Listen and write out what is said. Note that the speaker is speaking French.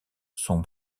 son